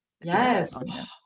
Yes